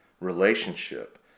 relationship